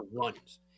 runs